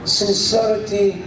sincerity